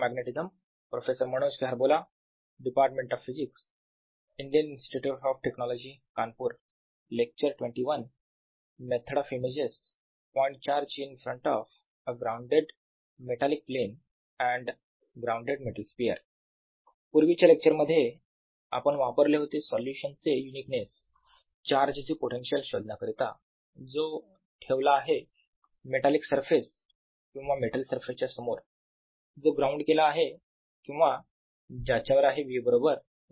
method of images II point charge in front of a grounded metallic plane and grounded metal sphere पूर्वीच्या lecture मध्ये आपण वापरले होते solution चे uniqueness charge चे पोटेन्शिअल शोधण्याकरिता ठेवला आहे मेटालिक सरफेस किंवा मेटल सरफेस च्या समोर जो ग्राउंड केला आहे किंवा ज्याच्यावर आहे v बरोबर 0